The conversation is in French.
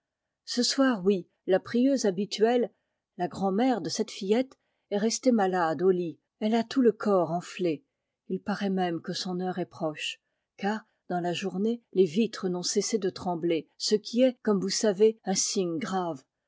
ce soir oui la prieuse b habituelle la grand'mère de cette fillette est restée malade au lit elle a tout le corps enflé il paraît même que son heure est proche car dans la journée les vitres n'ont cessé de trembler ce qui est comme vous savez un signe grave